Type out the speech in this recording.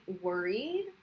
worried